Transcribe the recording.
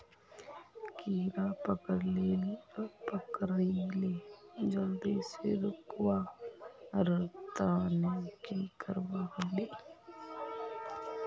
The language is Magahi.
कीड़ा पकरिले जल्दी से रुकवा र तने की करवा होबे?